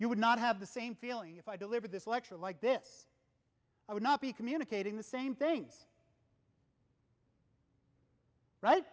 you would not have the same feeling if i delivered this lecture like this i would not be communicating the same thing